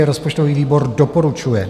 Rozpočtový výbor doporučuje.